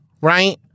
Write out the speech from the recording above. right